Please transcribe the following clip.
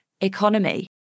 economy